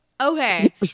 Okay